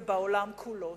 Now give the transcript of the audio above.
ובעולם כולו.